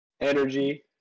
Energy